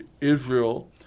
Israel